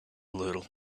little